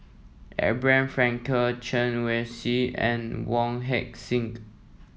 Abraham Frankel Chen Wen Hsi and Wong Heck Sing